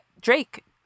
Drake